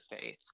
faith